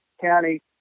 county